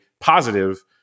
positive